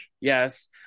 Yes